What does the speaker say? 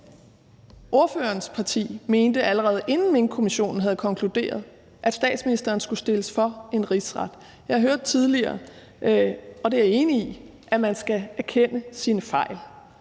Spørgerens parti mente, allerede inden Minkkommissionen havde konkluderet noget, at statsministeren skulle stilles for en Rigsret. Jeg hørte tidligere, at man skal erkende sine fejl